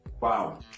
Wow